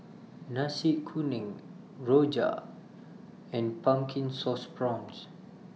Nasi Kuning Rojak and Pumpkin Sauce Prawns